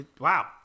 Wow